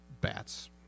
bats